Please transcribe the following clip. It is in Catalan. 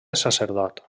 sacerdot